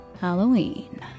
Halloween